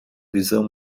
visão